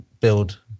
build